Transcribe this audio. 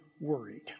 worried